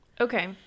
Okay